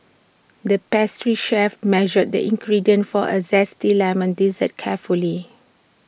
the pastry chef measured the ingredients for A Zesty Lemon Dessert carefully